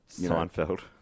Seinfeld